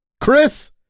Chris